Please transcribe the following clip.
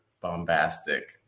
bombastic